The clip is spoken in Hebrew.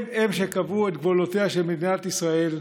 הם-הם שקבעו את גבולותיה של מדינת ישראל,